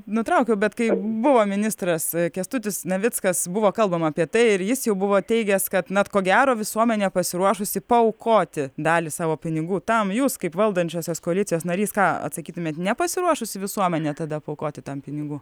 nutraukiau bet kai buvo ministras kęstutis navickas buvo kalbama apie tai ir jis jau buvo teigęs kad na ko gero visuomenė pasiruošusi paaukoti dalį savo pinigų tam jūs kaip valdančiosios koalicijos narys ką atsakytumėt nepasiruošusi visuomenė tada paaukoti tam pinigų